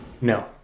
No